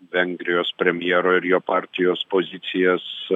vengrijos premjero ir jo partijos pozicijas